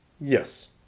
Yes